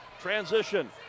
transition